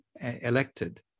elected